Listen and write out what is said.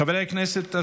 חברי הכנסת,